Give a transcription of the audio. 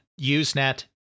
Usenet